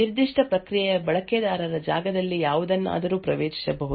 ನಿರ್ದಿಷ್ಟ ಪ್ರಕ್ರಿಯೆಯ ಬಳಕೆದಾರರ ಜಾಗದಲ್ಲಿ ಯಾವುದನ್ನಾದರೂ ಪ್ರವೇಶಿಸಬಹುದು